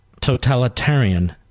totalitarian